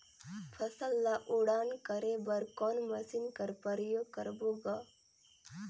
फसल ल उड़ान करे बर कोन मशीन कर प्रयोग करबो ग?